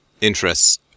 interests